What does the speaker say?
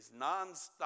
nonstop